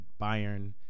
Bayern